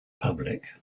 public